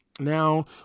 now